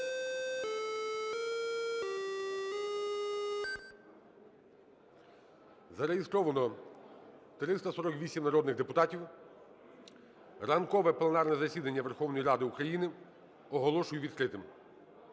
Зареєстровано 348 народних депутатів. Ранкове пленарне засідання Верховної Ради України оголошую відкритим.